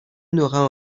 n’aura